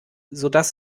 sodass